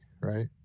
right